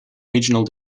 regional